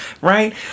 right